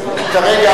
כרגע,